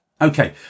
Okay